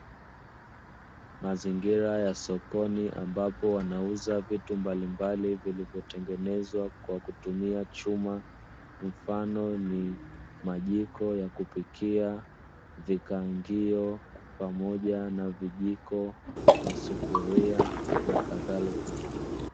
Mazingira ya sokoni ambapo wanauza vitu mbalimbali vilivyotengenezwa kwa kutumia chuma, Mfano ni majiko ya kupikia, vikaangio, pamoja navijiko, sufuria nakadhalika.